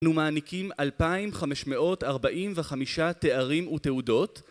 אנחנו מעניקים 2,545 תארים ותעודות